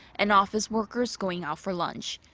and office workers going out for lunch.